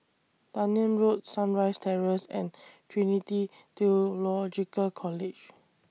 Dunearn Road Sunrise Terrace and Trinity Theological College